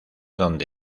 donde